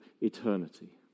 eternity